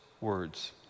words